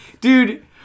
dude